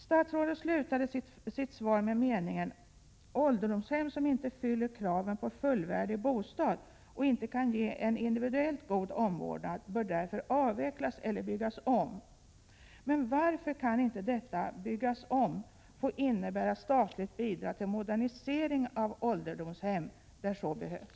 Statsrådet slutar sitt svar med meningen: ”Ålderdomshem, som inte fyller kraven på en fullvärdig bostad och som inte kan ge en individuellt god omvårdnad, bör därför avvecklas eller byggas om.” Men varför kan inte ”byggas om” få innebära statligt bidrag till modernisering av ålderdomshem där så behövs?